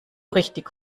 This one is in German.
richtig